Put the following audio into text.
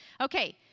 Okay